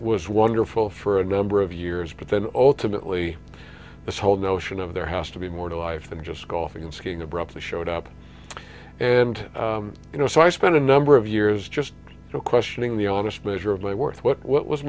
was wonderful for a number of years but then ultimately this whole notion of there has to be more to life than just golfing skiing abruptly showed up and you know so i spent a number of years just questioning the artist better of my worth what what was